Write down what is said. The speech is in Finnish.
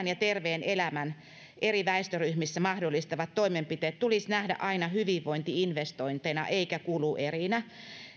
ja terveen elämän eri väestöryhmissä mahdollistavat toimenpiteet tulisi nähdä aina hyvinvointi investointeina eikä kuluerinä